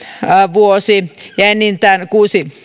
vuosi ja enintään kuusi